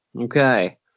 Okay